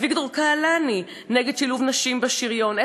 אביגדור קהלני נגד שילוב נשים בשריון.